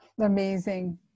Amazing